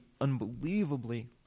unbelievably